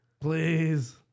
please